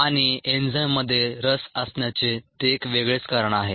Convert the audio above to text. आणि एन्झाईममध्ये रस असण्याचे ते एक वेगळेच कारण आहे